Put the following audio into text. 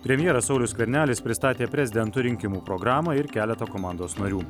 premjeras saulius skvernelis pristatė prezidento rinkimų programą ir keletą komandos narių